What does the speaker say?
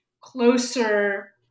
closer